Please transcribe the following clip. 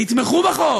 תתמכו בחוק,